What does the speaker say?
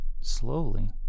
Slowly